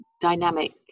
dynamic